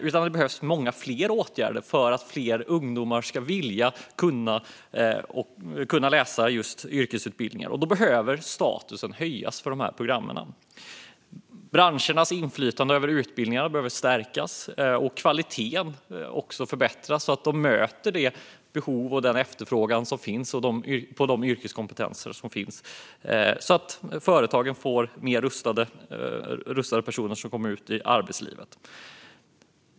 Men det behövs många fler åtgärder för att fler ungdomar ska vilja läsa yrkesutbildningar. Därför behöver statusen för programmen höjas. Branschernas inflytande över utbildningarna behöver stärkas och kvaliteten behöver också förbättras så att utbildningarna möter de behov och den efterfrågan som finns inom yrkeskompetenser. Företagen behöver personer som är bättre utrustade när de kommer ut i arbetslivet.